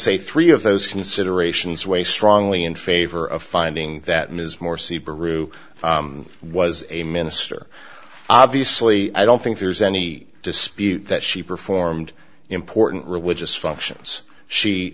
say three of those considerations weigh strongly in favor of finding that ms morsi proo was a minister obviously i don't think there's any dispute that she performed important religious functions she